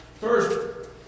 First